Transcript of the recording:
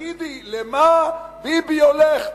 ותגידי למה ביבי הולך.